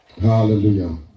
Hallelujah